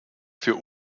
für